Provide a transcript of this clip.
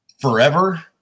forever